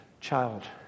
Child